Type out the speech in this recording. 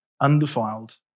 undefiled